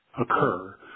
occur